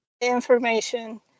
information